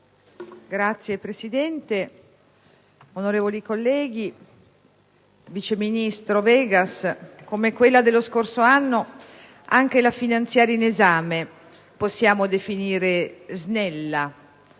Signora Presidente, onorevoli colleghi, vice ministro Vegas, come quella dello scorso anno, anche la finanziaria in esame può essere definita snella.